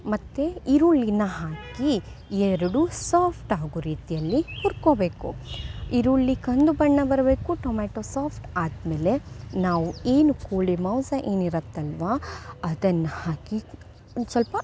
ಮತ್ತು ಈರುಳ್ಳಿನ ಹಾಕಿ ಎರಡೂ ಸಾಫ್ಟ್ ಆಗುವ ರೀತಿಯಲ್ಲಿ ಹುರ್ಕೊಬೇಕು ಈರುಳ್ಳಿ ಕಂದು ಬಣ್ಣ ಬರಬೇಕು ಟೊಮ್ಯಾಟೊ ಸಾಫ್ಟ್ ಆದಮೇಲೆ ನಾವು ಏನು ಕೋಳಿ ಮಾಂಸ ಏನಿರುತ್ತಲ್ವ ಅದನ್ನು ಹಾಕಿ ಒಂದು ಸ್ವಲ್ಪ